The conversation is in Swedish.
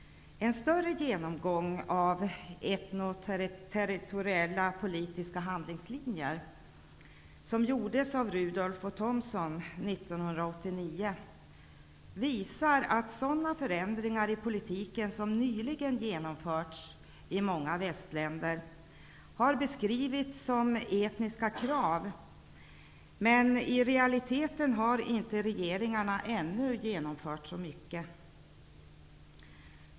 En större genomgång av etnoterritoriella politiska handlingslinjer, som gjordes av Rudolph och Thompson 1989, visar att sådana förändringar i politiken som nyligen genomförts i många västländer har beskrivits som etniska krav, men att regeringarna i realiteten ännu inte har genomfört så mycket.